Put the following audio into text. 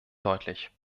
deutlich